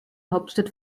hauptstadt